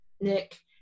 Nick